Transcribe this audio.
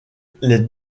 les